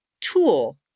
tool